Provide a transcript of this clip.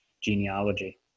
genealogy